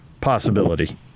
possibility